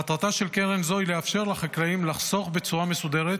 מטרתה של קרן זו היא לאפשר לחקלאים לחסוך בצורה מסודרת